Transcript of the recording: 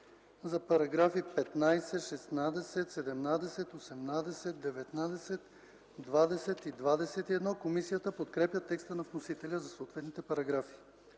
За параграфи 15, 16, 17, 18, 19, 20 и 21 комисията подкрепя текста на вносителя за съответните параграфи.